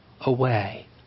away